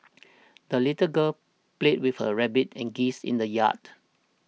the little girl played with her rabbit and geese in the yard